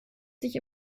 sich